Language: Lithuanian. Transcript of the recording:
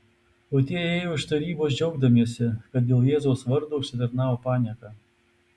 o tie ėjo iš tarybos džiaugdamiesi kad dėl jėzaus vardo užsitarnavo panieką